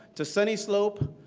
to sunnyslope,